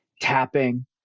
tapping